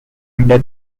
under